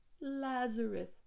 lazarus